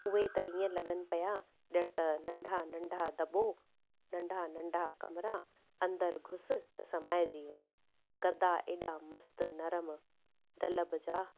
उहे त ईअं लॻनि पिया ॼण त नंढा नंढा दॿो नंढा नंढा कमिरा अंदरु घुस त समाइजी वञ गद्दा ऐॾा मस्तु नरम डनलब जा